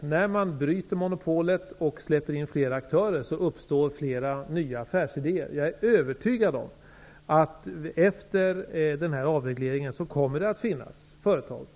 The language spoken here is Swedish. när man bryter monopolet och släpper in fler aktörer uppstår fler nya affärsidéer. Jag är övertygad om att det efter denna avreglering kommer att finnas fler företag.